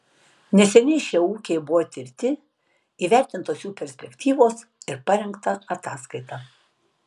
neseniai šie ūkiai buvo tirti įvertintos jų perspektyvos ir parengta ataskaita